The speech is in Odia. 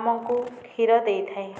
ଆମକୁ କ୍ଷୀର ଦେଇଥାଏ